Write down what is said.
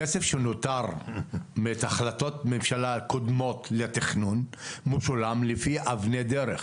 הכסף שנותר מהחלטות הממשלה הקודמות לתכנון משולם לפי אבני דרך.